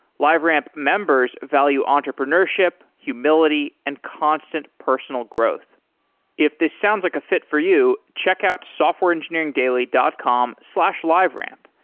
liveramp members value entrepreneurship, humility and constant personal growth if this sounds like a fit for you, check out softwareengineeringdaily dot com slash liveramp.